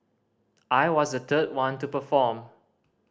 I was the third one to perform